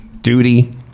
Duty